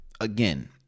again